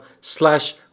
slash